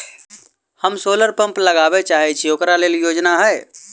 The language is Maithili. हम सोलर पम्प लगाबै चाहय छी ओकरा लेल योजना हय?